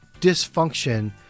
dysfunction